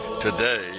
today